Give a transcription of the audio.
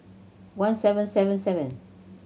one seven seven seven